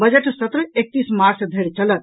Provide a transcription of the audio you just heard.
budget सत्र एकतीस March धरि चलत